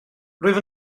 rwyf